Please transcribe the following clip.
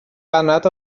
baned